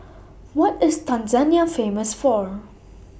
What IS Tanzania Famous For